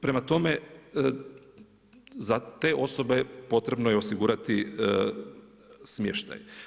Prema tome, za te osobe potrebno je osigurati smještaj.